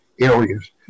areas